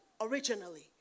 originally